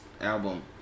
album